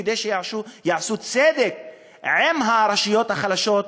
כדי שיעשו צדק עם הרשויות החלשות,